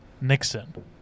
Nixon